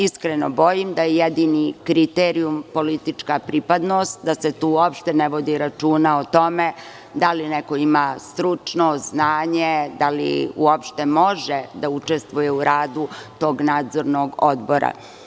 Iskreno se bojim da je jedini kriterijum politička pripadnost, da se tu uopšte ne vodi računa o tome da li neko ima stručno znanje, da li uopšte može da učestvuje u radu tog nadzornog odbora.